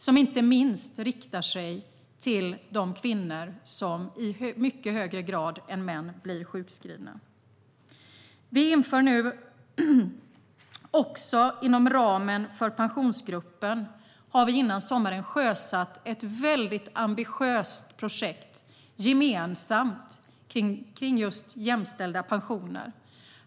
Det riktar sig inte minst till de kvinnor som i mycket högre grad än män blir sjukskrivna. Inom ramen för Pensionsgruppen sjösatte vi före sommaren ett ambitiöst gemensamt projekt om just jämställda pensioner.